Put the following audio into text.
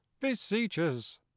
beseeches